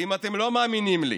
ואם אתם לא מאמינים לי,